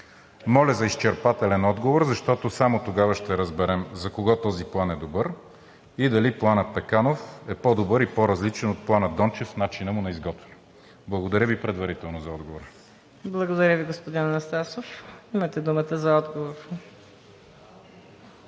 Моля за изчерпателен отговор, защото само тогава ще разберем за кого този план е добър и дали Планът „Пеканов“ е по добър и по-различен от Плана „Дончев“ в начина му на изготвяне. Благодаря Ви предварително за отговора. ПРЕДСЕДАТЕЛ МУКАДДЕС НАЛБАНТ: Благодаря Ви, господин Анастасов. Имате думата за отговор.